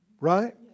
Right